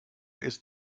ist